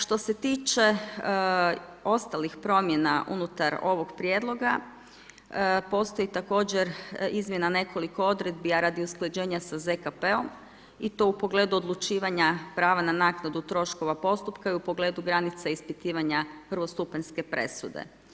Što se tiče ostalih promjena unutar ovog prijedloga postoji također izmjena nekoliko odredbi a radi usklađenja sa ZKP-om i to u pogledu odlučivanja prava na naknadu troškova postupka i u pogledu granica ispitivanja prvostupanjske presude.